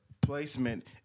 placement